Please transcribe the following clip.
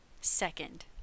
Second